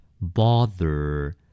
Bother